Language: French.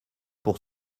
pour